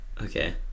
Okay